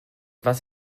was